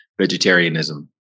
vegetarianism